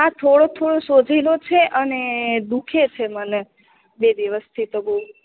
હા થોડો થોડો સોજેલો છે અને દુખે છે મને બે દિવસથી તો બઉ